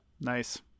Nice